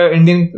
Indian